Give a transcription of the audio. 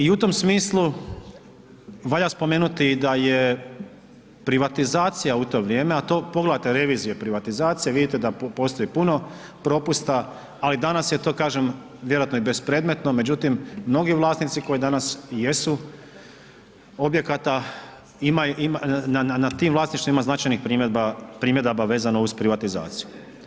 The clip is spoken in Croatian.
I u tom smislu valja spomenuti da je privatizacija u to vrijeme, a pogledajte revizije privatizacije, vidite da postoji puno propusta, ali danas je to kažem vjerojatno i bespredmetno, međutim mnogi vlasnici koji danas i jesu objekata nad tim vlasništvima ima značajnih primjedaba vezano uz privatizaciju.